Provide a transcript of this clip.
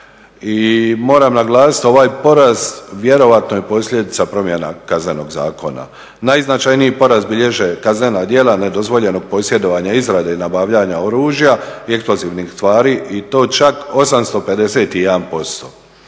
moram naglasiti ovaj porast vjerojatno je posljedica promjena Kaznenog zakona. Najznačajniji porast bilježe kaznena djela nedozvoljenog posjedovanja izrade i nabavljanja oružja i eksplozivnih tvari i to čak 851%.